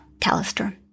Callister